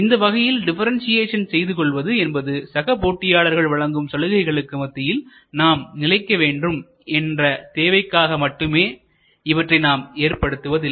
இந்த வகையில் டிபரண்சியேஷன் செய்து கொள்வது என்பது சக போட்டியாளர்கள் வழங்கும் சலுகைகளுக்கு மத்தியில் நாம் நிலைக்க வேண்டும் என்ற தேவைக்காக மட்டுமே இவற்றை நாம் ஏற்படுத்துவதில்லை